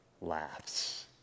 laughs